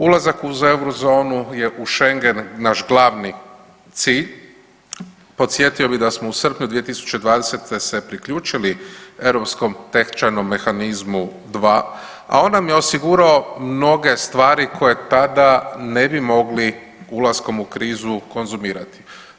Ulazak u Eurozonu je uz schengen naš glavni cilj, podsjetio bih da smo u srpnju 2020. se priključili Europskom tečajnom mehanizmu 2, a on nam je osigurao mnoge stvari koje tada ne bi mogli ulaskom u krizu konzumirati.